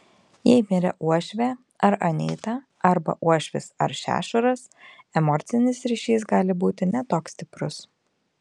jei mirė uošvė ar anyta arba uošvis ar šešuras emocinis ryšys gali būti ne toks stiprus